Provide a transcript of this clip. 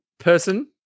person